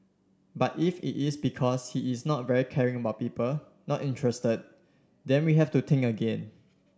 but if it is because he is not very caring about people not interested then we have to think again